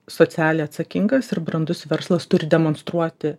socialiai atsakingas ir brandus verslas turi demonstruoti